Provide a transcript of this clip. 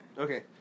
Okay